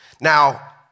Now